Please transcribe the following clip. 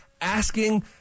asking